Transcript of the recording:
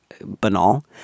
banal